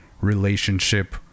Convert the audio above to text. Relationship